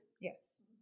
Yes